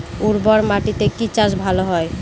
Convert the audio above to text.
উর্বর মাটিতে কি চাষ ভালো হয়?